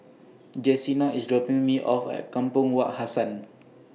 Jessena IS dropping Me off At Kampong Wak Hassan